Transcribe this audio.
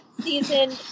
Season